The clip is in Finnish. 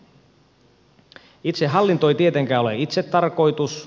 itse hallinto ei tietenkään ole itsetarkoitus